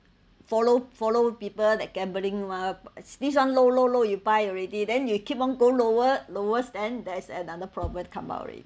follow follow people that gambling mah this one low low low you buy already then you keep on going lower lowest then there's another problem come out already